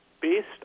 based